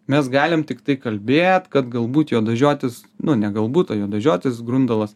mes galim tiktai kalbėt kad galbūt juodažiotis nu ne galbūt o juodažiotis grundalas